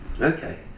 Okay